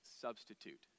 substitute